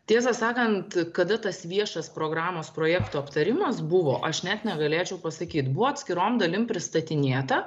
tiesą sakant kada tas viešas programos projektų aptarimas buvo aš net negalėčiau pasakyt buvo atskirom dalim pristatinėta